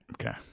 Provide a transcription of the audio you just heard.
Okay